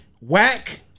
Whack